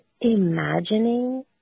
imagining